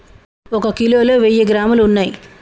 ఒక కిలోలో వెయ్యి గ్రాములు ఉన్నయ్